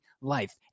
life